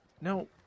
No